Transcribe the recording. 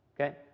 Okay